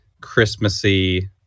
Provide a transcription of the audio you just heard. Christmassy